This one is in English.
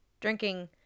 drinking